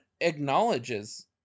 acknowledges